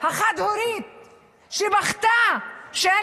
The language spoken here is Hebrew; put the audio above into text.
נשים חד-הוריות.